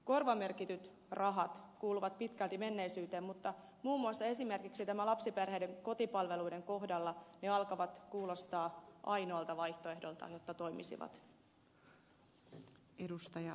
korvamerkityt rahat kuuluvat pitkälti menneisyyteen mutta esimerkiksi näiden lapsiperheiden kotipalveluiden kohdalla ne alkavat kuulostaa ainoalta vaihtoehdolta jotta toimisivat